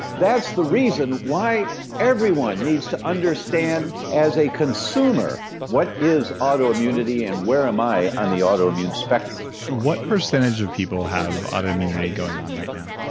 that's the reason why everyone needs to understand as a consumer what is autoimmunity and where am i on the autoimmune spectrum what percentage of people have autoimmunity going on right now?